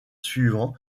suivant